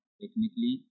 technically